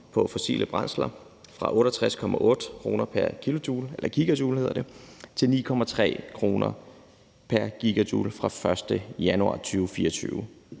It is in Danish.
på fossile brændsler fra 68,8 kr. pr. GJ til 9,3 kr. pr. GJ fra den 1. januar 2024.